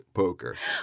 poker